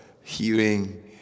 hearing